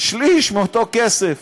שליש מאותו כסף.